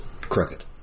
crooked